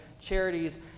charities